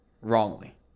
Wrongly